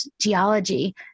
geology